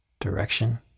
direction